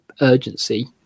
urgency